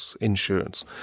insurance